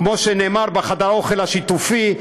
כמו שנאמר בחדר האוכל השיתופי,